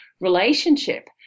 relationship